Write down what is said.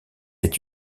est